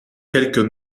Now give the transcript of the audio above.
quelques